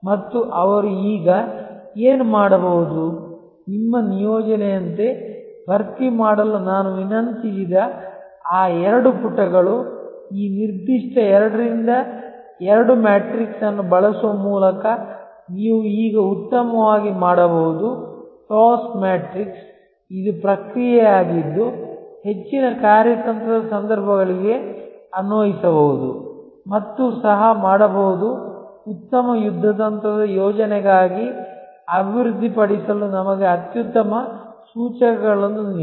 ಮತ್ತು ಅವರು ಈಗ ಏನು ಮಾಡಬಹುದು ನಿಮ್ಮ ನಿಯೋಜನೆಯಂತೆ ಭರ್ತಿ ಮಾಡಲು ನಾನು ವಿನಂತಿಸಿದ ಆ ಎರಡು ಪುಟಗಳು ಈ ನಿರ್ದಿಷ್ಟ 2 ರಿಂದ 2 ಮ್ಯಾಟ್ರಿಕ್ಸ್ ಅನ್ನು ಬಳಸುವ ಮೂಲಕ ನೀವು ಈಗ ಉತ್ತಮವಾಗಿ ಮಾಡಬಹುದು TOWS ಮ್ಯಾಟ್ರಿಕ್ಸ್ ಇದು ಪ್ರಕ್ರಿಯೆಯಾಗಿದ್ದು ಹೆಚ್ಚಿನ ಕಾರ್ಯತಂತ್ರದ ಸಂದರ್ಭಗಳಿಗೆ ಅನ್ವಯಿಸಬಹುದು ಮತ್ತು ಸಹ ಮಾಡಬಹುದು ಉತ್ತಮ ಯುದ್ಧತಂತ್ರದ ಯೋಜನೆಗಾಗಿ ಅಭಿವೃದ್ಧಿಪಡಿಸಲು ನಮಗೆ ಅತ್ಯುತ್ತಮ ಸೂಚಕಗಳನ್ನು ನೀಡಿ